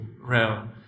realm